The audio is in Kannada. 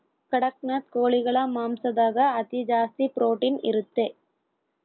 ಕಡಖ್ನಾಥ್ ಕೋಳಿಗಳ ಮಾಂಸದಾಗ ಅತಿ ಜಾಸ್ತಿ ಪ್ರೊಟೀನ್ ಇರುತ್ತೆ